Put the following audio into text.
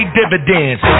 dividends